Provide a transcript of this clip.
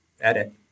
edit